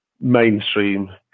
mainstream